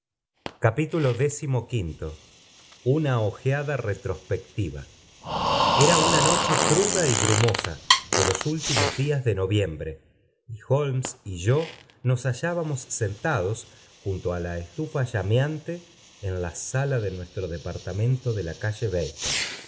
una ojeada retrospectiva era una noche cruda y brumosa de los último h r j mit enwcios junto a la estufa llameante en la sala wstiv d partame nto de la calle